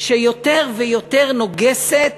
שיותר ויותר נוגסת